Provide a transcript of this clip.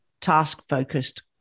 task-focused